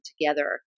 together